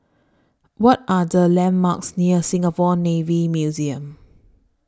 What Are The landmarks near Singapore Navy Museum